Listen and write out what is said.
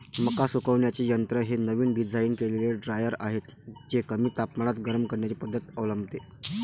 मका सुकवण्याचे यंत्र हे नवीन डिझाइन केलेले ड्रायर आहे जे कमी तापमानात गरम करण्याची पद्धत अवलंबते